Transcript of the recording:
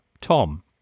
Tom